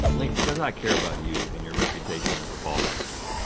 um link, because i care about you and your reputation as the ball master,